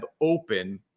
open